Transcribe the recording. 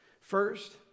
First